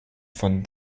von